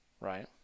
Right